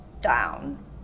down